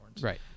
Right